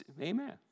Amen